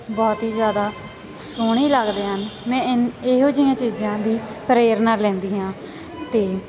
ਬਹੁਤ ਹੀ ਜ਼ਿਆਦਾ ਸੋਹਣੇ ਲੱਗਦੇ ਹਨ ਮੈਂ ਇਨ ਇਹੋ ਜਿਹੀਆਂ ਚੀਜਾਂ ਦੀ ਪ੍ਰੇਰਨਾ ਲੈਂਦੀ ਹਾਂ ਅਤੇ